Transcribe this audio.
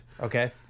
Okay